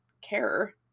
care